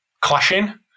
clashing